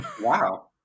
Wow